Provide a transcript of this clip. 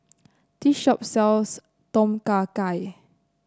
this shop sells Tom Kha Gai